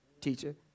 teacher